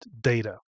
data